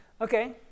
Okay